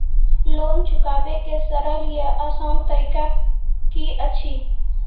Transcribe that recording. Loan चुकाबै के सरल या आसान तरीका की अछि?